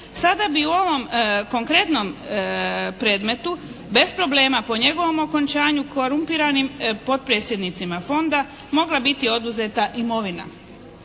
sada bi u ovom konkretnom predmetu bez problema po njegovom okončanju korumpiranim potpredsjednicima Fonda mogla biti oduzeta imovina.